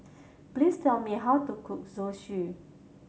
please tell me how to cook Zosui